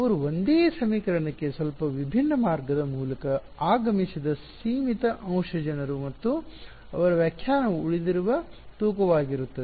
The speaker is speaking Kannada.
ಅವರು ಒಂದೇ ಸಮೀಕರಣಕ್ಕೆ ಸ್ವಲ್ಪ ವಿಭಿನ್ನ ಮಾರ್ಗದ ಮೂಲಕ ಆಗಮಿಸಿದ ಸೀಮಿತ ಅಂಶ ಜನರು ಮತ್ತು ಅವರ ವ್ಯಾಖ್ಯಾನವು ಉಳಿದಿರುವ ತೂಕವಾಗಿರುತ್ತದೆ